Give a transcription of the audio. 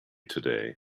today